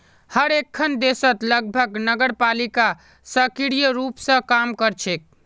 हर एकखन देशत लगभग नगरपालिका सक्रिय रूप स काम कर छेक